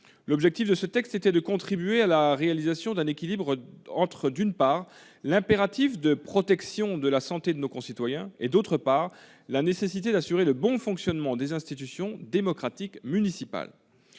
L'objectif de ce texte était de contribuer à parvenir à un équilibre entre, d'une part, l'impératif de protection de la santé de nos concitoyens, et, d'autre part, la nécessité d'assurer le bon fonctionnement des institutions démocratiques municipales.